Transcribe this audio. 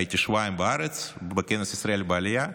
הייתי שבועיים בארץ, בכנס ישראל בעלייה.